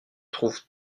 trouvent